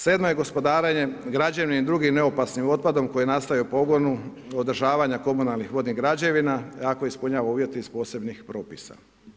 Sedmo je gospodarenje građevnim i drugim neopasnim otpadom koji nastaje u pogonu održavanja komunalnih vodnih građevina ako ispunjava uvjete iz posebnih propisa.